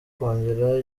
kongere